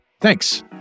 Thanks